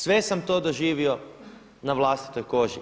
Sve sam to doživio na vlastitoj koži.